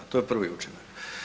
To je prvi učinak.